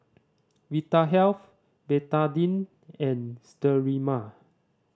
Vitahealth Betadine and Sterimar